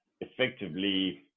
effectively